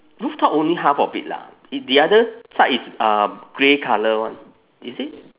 rooftop only half of it lah it the other side is uh grey colour [one] is it